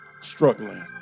struggling